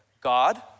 God